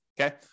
okay